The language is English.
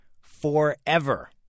forever